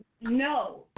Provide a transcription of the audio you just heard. No